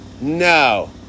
No